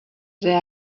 there